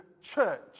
church